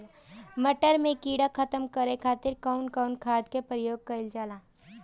मटर में कीड़ा खत्म करे खातीर कउन कउन खाद के प्रयोग कईल जाला?